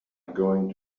going